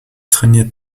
trainiert